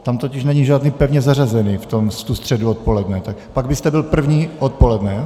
Tam totiž není žádný pevně zařazený, v tu středu odpoledne, tak pak byste byl první odpoledne.